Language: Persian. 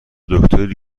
دکتری